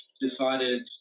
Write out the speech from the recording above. decided